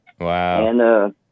Wow